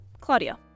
Claudia